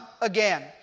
again